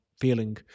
feeling